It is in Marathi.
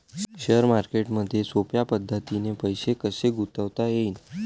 शेअर मार्केटमधी सोप्या पद्धतीने पैसे कसे गुंतवता येईन?